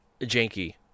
Janky